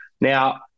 Now